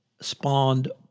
spawned